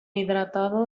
hidratado